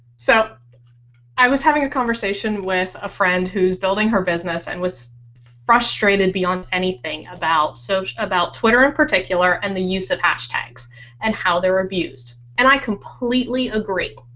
so i was having a conversation with a friend who's building her business and was frustrated beyond anything about soci. so about twitter in particular and the use of hashtags and how they are abused. and i completely agree.